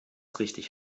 richtig